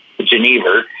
Geneva